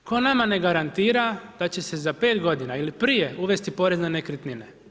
Tko nama ne garantira da će se za 5 godina ili prije uvesti porez na nekretnine.